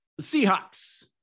Seahawks